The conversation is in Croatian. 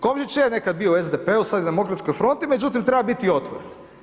Komšić je nekad bio u SDP-u sada je u demokratskoj fronti, međutim, treba biti otvoren.